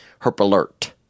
Herpalert